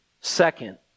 Second